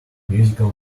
musical